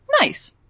Nice